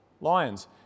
Lions